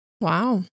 Wow